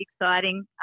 exciting